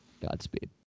Godspeed